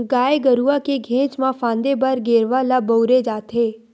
गाय गरुवा के घेंच म फांदे बर गेरवा ल बउरे जाथे